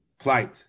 plight